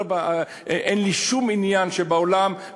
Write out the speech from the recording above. אדרבה, אין לי שום עניין שבעולם.